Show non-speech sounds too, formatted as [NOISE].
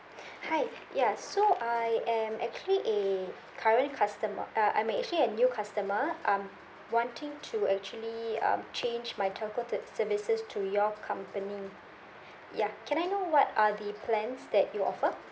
[BREATH] hi ya so I am actually a current customer uh I'm actually a new customer um wanting to actually um change my telco ser~ services to your company ya can I know what are the plans that you offer